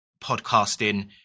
podcasting